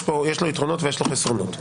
יש לו יתרונות ויש לו חסרונות.